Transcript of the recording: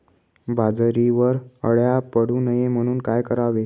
बाजरीवर अळ्या पडू नये म्हणून काय करावे?